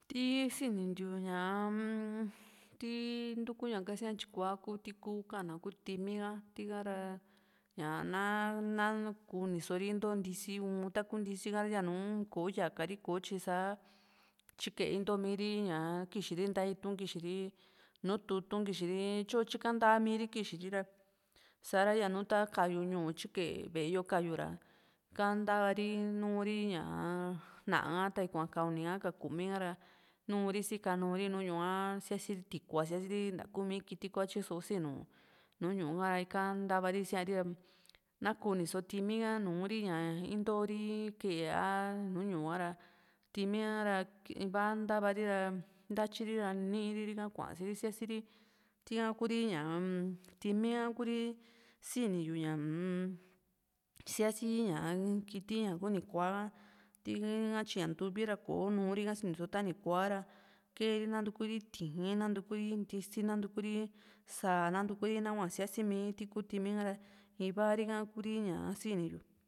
tii sinintiu ñaa ti ntuku ña kasía tyikua ku ti kuu ka´na ku ti´ími ka tika ra ñaa na ná kuniso ri into ntisi un taku ntisi ka yanu kò´o yaka ri kotyi sá tyikee into´mi ri ña kixiri nta´a itu´n kixiri nu tutu´n kixiri tyo tyi´kaa ntaami ri kixiri ra sa´ra yanu takyu ñu´u tyikee ve´e yo ka´yu ra ika ntava ri nùù ri ñaa ná´a ka tani kuaa ka uni ha ka kumi ka ra nuu´ri sikanu ri nu ñu´u a síasiri tikua síasiri nta kuumi kiti kuatyi só sinuú nu ñu´u ka ra ika ntava ri isíari ra ná kuni só ti´ími ka nùù ri ña intori ke´e a nùù ñu´u ka´ra ti´ími ka´ra ivantava ri ra ntatyiri ra niiri ri ka kua´si ri síasiri tika kuuri ñaa ti´ími ha kuuri siniyu ñaa-m síasi ña kiti ña nu´ni kuaa ha ti´ha tyi ña ntuuvi ra kò´o nùù rika sini ntiu só tani kuaara ke´e ri nanutkuri ti´ín nantuku ri ntisi nantuku ri sáa nantuku ri nahua síasimii ri tiku ti´ími ka ra iva ri ka Kuri sini yu